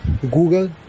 Google